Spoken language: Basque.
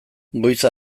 goiza